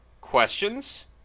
questions